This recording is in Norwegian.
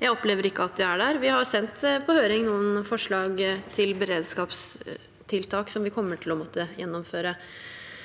Jeg opplever ikke at vi er der. Vi har jo sendt på høring noen forslag til beredskapstiltak som vi muligens vil komme